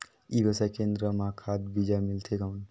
ई व्यवसाय केंद्र मां खाद बीजा मिलथे कौन?